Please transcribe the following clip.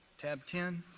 tab ten,